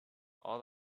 all